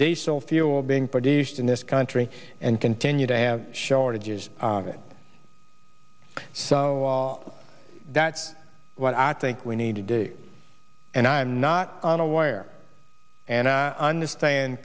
diesel fuel being produced in this country and continue to have shortages of it so wall that's what i think we need to do and i'm not aware and i understand